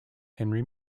henry